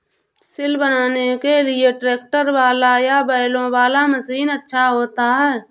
सिल बनाने के लिए ट्रैक्टर वाला या बैलों वाला मशीन अच्छा होता है?